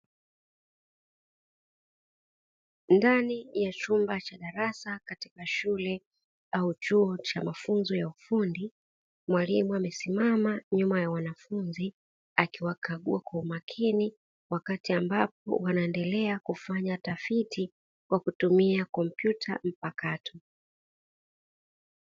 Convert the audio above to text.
Ndani ya chumba cha darasa katika shule au chuo cha mafunzo ya ufundi, mwalimu amesimama nyuma ya wanafunzi akiwakagua kwa umakini wakati ambapo wanaendelea kufanya tafiti kwa kutumia kompyuta mpakato.